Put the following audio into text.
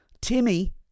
Timmy